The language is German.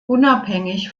unabhängig